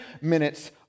minutes